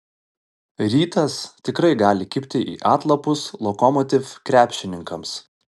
rytas tikrai gali kibti į atlapus lokomotiv krepšininkams